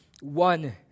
one